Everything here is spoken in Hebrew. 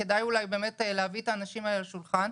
וכדאי אולי באמת להביא את האנשים האלה לשולחן.